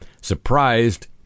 surprised